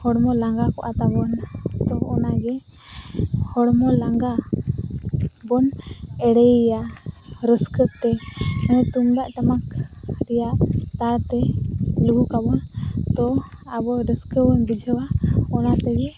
ᱦᱚᱲᱢᱚ ᱞᱟᱸᱜᱟᱠᱚᱜᱼᱟ ᱛᱟᱵᱚᱱ ᱛᱳ ᱚᱱᱟᱜᱮ ᱦᱚᱲᱢᱚ ᱞᱟᱸᱜᱟ ᱵᱚᱱ ᱮᱲᱮᱭᱮᱭᱟ ᱨᱟᱹᱥᱠᱟᱹᱛᱮ ᱛᱩᱢᱫᱟᱹᱜ ᱴᱟᱢᱟᱠ ᱦᱟᱹᱛᱤᱭᱟᱛᱮ ᱞᱩᱦᱩᱠᱟᱵᱚ ᱛᱳ ᱟᱵᱚ ᱨᱟᱹᱥᱠᱟᱹᱵᱚᱱ ᱵᱩᱡᱷᱟᱹᱣᱟ ᱚᱱᱟᱛᱮᱜᱮ